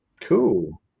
Cool